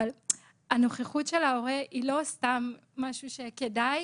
אבל הנוכחות של ההורה היא לא סתם משהו שכדאי,